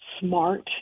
smart